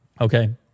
Okay